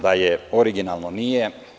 Da je originalno, nije.